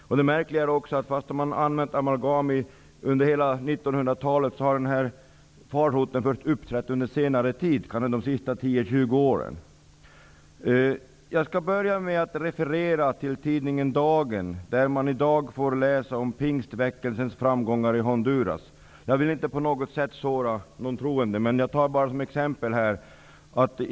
Det märkliga är också att fastän amalgam har använts under hela 1900-talet har farsoten uppträtt först under de senaste 10--20 åren. Jag skall börja med att referera till tidningen Dagen. Där får man i dag läsa om pingstväckelsens framgångar i Honduras. Jag vill inte på något sätt såra de troende, men jag tar detta som exempel.